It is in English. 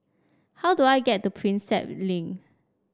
how do I get to Prinsep Link